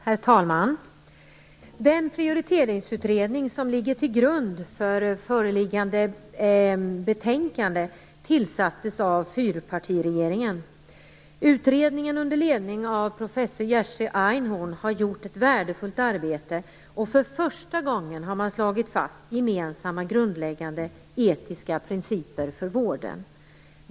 Herr talman! Den prioriteringsutredning som ligger till grund för föreliggande betänkande tillsattes av fyrpartiregeringen. Utredningen under ledning av professor Jerzy Einhorn har gjort ett värdefullt arbete, och för första gången har man slagit fast gemensamma grundläggande etiska principer för vården.